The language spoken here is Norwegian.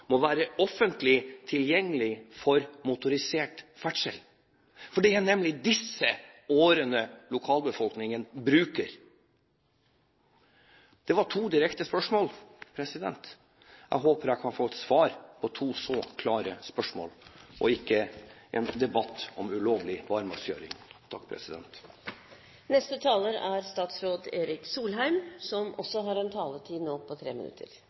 må være offentlig tilgjengelig for motorisert ferdsel, for det er nemlig disse årene lokalbefolkningen bruker? Det var to direkte spørsmål. Jeg håper jeg kan få svar på to så klare spørsmål – ikke ha en debatt om ulovlig barmarkskjøring. Det har vært en viktig, god og til dels ganske underholdende debatt, hvor undertegnede har blitt plassert i 1850-tallet, steinalderen og andre tidsepoker. Nå er